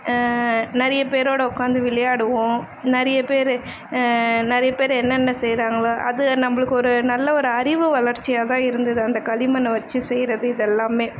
நிறைய பேரோடு உட்காந்து விளையாடுவோம் நிறைய பேர் நிறைய பேர் என்னென்ன செய்கிறாங்களோ அது நம்மளுக்கு ஒரு நல்ல ஒரு அறிவு வளர்ச்சியாக தான் இருந்தது அந்த களிமண்ணை வைச்சு செய்கிறது இதெல்லாமே